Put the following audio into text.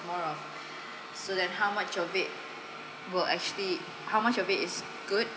more of so then how much of it will actually how much of it is good